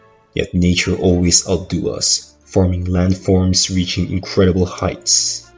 yet nature always outdo us forming landforms reaching incredible heights